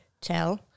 tell